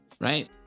Right